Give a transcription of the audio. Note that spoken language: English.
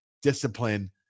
discipline